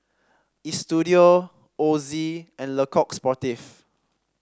Istudio Ozi and Le Coq Sportif